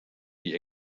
die